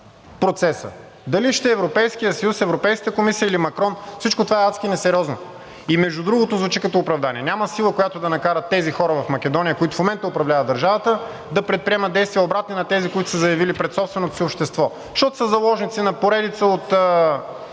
процеса. Дали ще е Европейският съюз, Европейската комисия или Макрон всичко това е адски несериозно и между другото, звучи като оправдание. Няма сила, която да накара тези хора в Македония, които в момента управляват държавата, да предприемат действия, обратни на тези, които са заявили пред собственото си общество, защото са заложници на поредица от